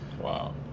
Wow